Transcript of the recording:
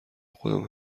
خودم